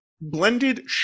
blended